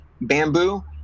Bamboo